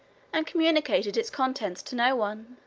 and communicated its contents to no one.